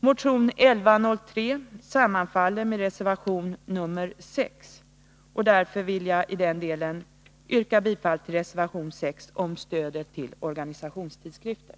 Motion 1103 sammanfaller med reservation 6, och därför vill jag i den delen yrka bifall till reservation 6 om stödet till organisationstidskrifter.